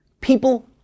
people